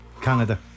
Canada